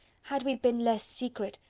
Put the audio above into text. had we been less secret,